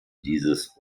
dieses